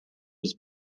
was